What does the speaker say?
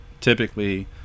Typically